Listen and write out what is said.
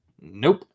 Nope